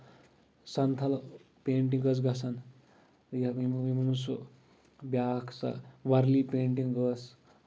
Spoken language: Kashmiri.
سنتھل پینٹنگ ٲسۍ گژھان یا یِمن منٛز سُہ بیاکھ سۄ ورلی پینٹنٛگ أسۍ